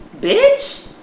bitch